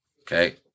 Okay